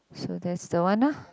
so that's the one lah